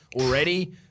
already